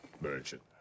merchant